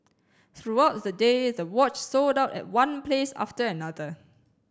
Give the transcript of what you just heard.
throughout the day the watch sold out at one place after another